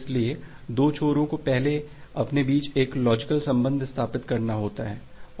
इसलिए दो छोरों को पहले अपने बीच एक लॉजिकल संबंध स्थापित करना होता है